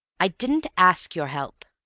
i didn't ask your help.